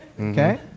Okay